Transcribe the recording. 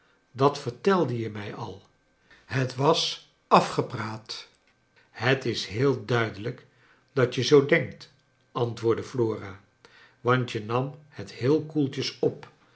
dat vertelde je mij al het was afgepraat het is heel duidelijk dat je zoo denkt antwoordde flora want je nam het heel koeltjes op